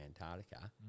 Antarctica